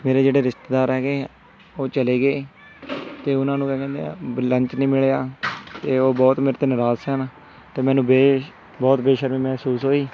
ਮੇਰੇ ਜਿਹੜੇ ਰਿਸ਼ਤੇਦਾਰ ਹੈਗੇ ਆ ਉਹ ਚਲੇ ਗਏ ਅਤੇ ਉਹਨਾਂ ਨੂੰ ਕਿਆ ਕਹਿੰਦੇ ਆ ਬ ਲੈਂਚ ਨਹੀਂ ਮਿਲਿਆ ਅਤੇ ਉਹ ਬਹੁਤ ਮੇਰੇ ਤੇ ਨਰਾਜ਼ ਸਨ ਅਤੇ ਮੈਨੂੰ ਵੇ ਬਹੁਤ ਬੇਸ਼ਰਮੀ ਮਹਿਸੂਸ ਹੋਈ